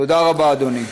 תודה רבה, אדוני.